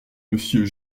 monsieur